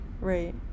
Right